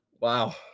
Wow